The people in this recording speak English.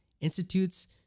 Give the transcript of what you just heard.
institutes